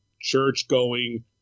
church-going